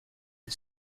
and